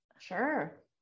sure